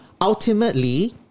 ultimately